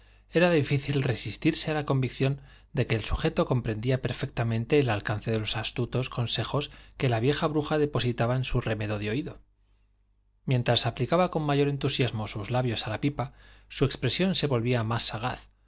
era difícil resistirse a la convicción de que el sujeto comprendía perfectamente el alcance de los astutos consejos que la vieja bruja depositaba en su remedo de oído mientras aplicaba con mayor entusiasmo sus labios a la pipa su expresión se volvía más sagaz sus